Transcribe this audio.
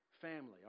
family